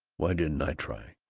why didn't i try.